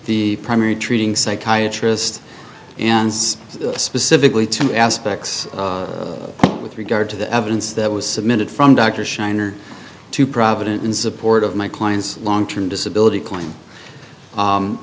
the primary treating psychiatrist and specifically to aspects with regard to the evidence that was submitted from dr scheiner to providence in support of my client's long term disability claim